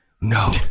no